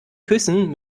küssen